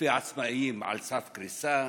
אלפי עצמאים על סף קריסה,